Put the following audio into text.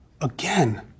again